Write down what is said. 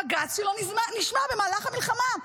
הבג"ץ שלו נשמע במהלך המלחמה.